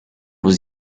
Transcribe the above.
was